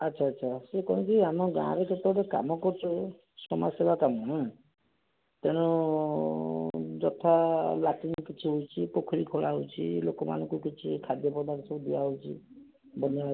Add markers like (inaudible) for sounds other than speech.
ଆଚ୍ଛା ଆଚ୍ଛା ସିଏ କ'ଣ କି ଆମ ଗାଁରେ କେତେ ଗୁଡ଼ିଏ କାମ କରିଛି ସମାଜସେବା ପାଇଁ ନଇଁ ତେଣୁ ଯଥା ଲାଟିନ୍ କିଛି ହେଉଛି ପୋଖରୀ ଖୋଳାହେଉଛି ଲୋକମାନଙ୍କୁ କିଛି ଖାଦ୍ୟପଦାର୍ଥ ସବୁ ଦିଆହେଉଛି ବିନା (unintelligible)